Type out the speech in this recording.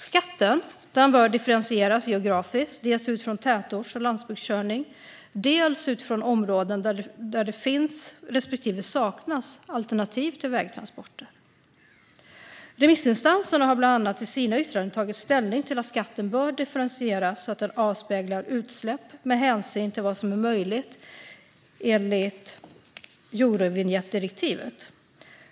Skatten bör differentieras geografiskt dels utifrån tätorts och landsbygdskörning, dels utifrån områden där det finns respektive saknas alternativ till vägtransporter. Remissinstanserna har bland annat i sina yttranden tagit ställning till att skatten bör differentieras så att den avspeglar utsläpp med hänsyn till vad som är möjligt enligt Eurovinjettdirektivet.